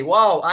Wow